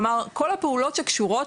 כלומר, כל הפעולות שקשורות